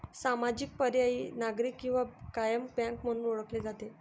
सामाजिक, पर्यायी, नागरी किंवा कायम बँक म्हणून ओळखले जाते